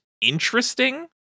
interesting